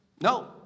no